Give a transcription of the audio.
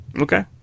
Okay